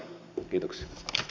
kiitoksia